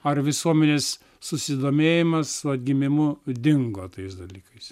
ar visuomenės susidomėjimas atgimimu dingo tais dalykais